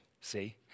See